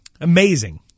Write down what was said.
Amazing